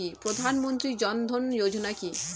প্রধানমন্ত্রী জনধন যোজনা কি?